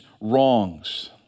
wrongs